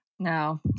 No